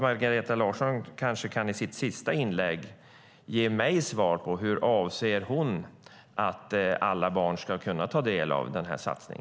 Margareta Larsson kan kanske i sitt sista inlägg ge mig svar på hur hon anser att alla barn ska kunna ta del av denna satsning.